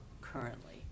currently